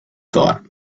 thought